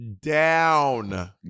down